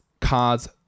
cards